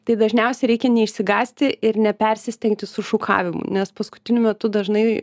tai dažniausiai reikia neišsigąsti ir nepersistengti su šukavimu nes paskutiniu metu dažnai